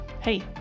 Hey